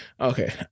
Okay